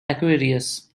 aquarius